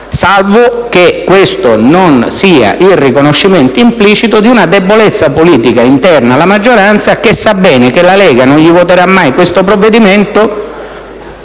logica, salvo il riconoscimento implicito di una debolezza politica interna alla maggioranza, che sa bene che la Lega non voterà mai questo provvedimento